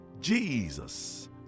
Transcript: Jesus